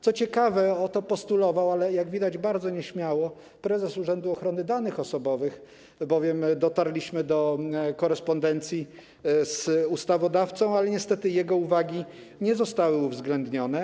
Co ciekawe, postulował to, ale jak widać bardzo nieśmiało, prezes Urzędu Ochrony Danych Osobowych, bowiem dotarliśmy do korespondencji z ustawodawcą, ale niestety jego uwagi nie zostały uwzględnione.